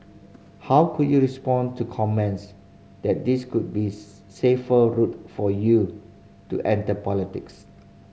how could you respond to comments that this could be safer route for you to enter politics